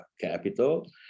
capital